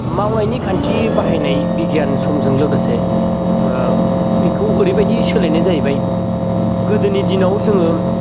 मावनायनि खान्थि बाहायनाय बिगियान समजों लोगोसे ओ बिखौ ओरैबायदि सोलायनाय जाहैबाय गोदोनि दिनाव जोङो